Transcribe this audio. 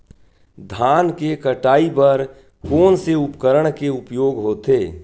धान के कटाई बर कोन से उपकरण के उपयोग होथे?